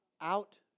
out